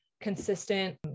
consistent